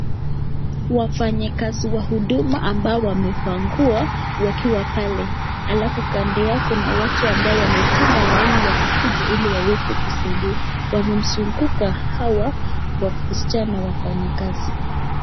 Wafanyikazi huduma ambao wamevaa nguo, wakiwa pale. Aafu kando yao kuna watu ambao wamepanga laini wakikuja ili waweze kusaidiwa. Wamemzunguka hawa wasichana wafanyikazi.